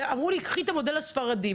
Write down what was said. אמרו לי: קחי את המודל הספרדי.